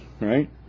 right